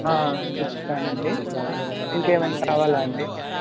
ఇస్తానండి ఇంకేమన్నా కావాలా అండి